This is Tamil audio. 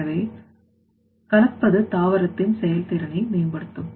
எனவே கலப்பது தாவரத்தின் செயல்திறனை மேம்படுத்தும்